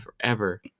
forever